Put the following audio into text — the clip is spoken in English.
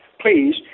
please